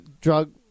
Drug